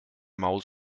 maus